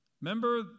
Remember